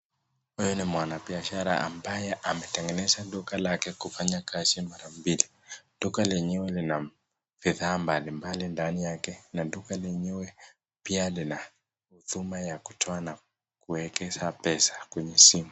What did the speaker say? Huyu ni mwanabiashara ambaye ametegeneza duka lake kufanya kazi mara mbili. Duka lenyewe lina bidhaa mbalimbali ndani yake, na duka lenyewe pia lina huduma ya kutoa na kuekeza pesa kwenye simu.